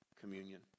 communion